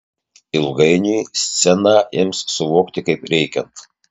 ilgainiui sceną ims suvokti kaip reikiant